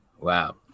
Wow